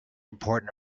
important